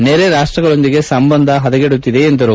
ನೆರೆ ರಾಷ್ಷಗಳೊಂದಿಗೆ ಸಂಬಂಧ ಹದಗೆಡುತ್ತಿದೆ ಎಂದರು